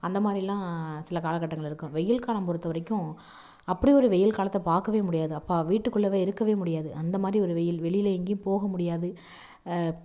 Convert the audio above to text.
அந்த மாதிரிலாம் சில காலகட்டங்கள் இருக்கும் வெயில்காலம் பொறுத்த வரைக்கும் அப்படி ஒரு வெயில்காலத்தை பார்க்கவே முடியாது அப்பா வீட்டுக்குள்ளயே இருக்கவே முடியாது அந்த மாதிரி ஒரு வெயில் வெளியில் எங்கையும் போக முடியாது